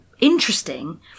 interesting